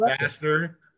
faster